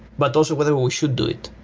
but also whether we should do it.